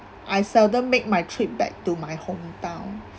I seldom make my trip back to my hometown